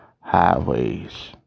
highways